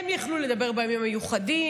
הן יכלו לדבר בימים המיוחדים.